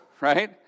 right